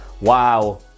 wow